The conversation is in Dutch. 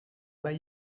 bij